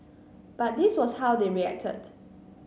but this was how they reacted